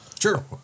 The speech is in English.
Sure